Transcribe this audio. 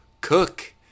cook